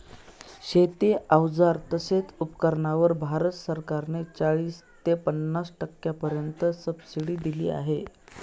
शेती अवजार तसेच उपकरणांवर भारत सरकार ने चाळीस ते पन्नास टक्क्यांपर्यंत सबसिडी दिली आहे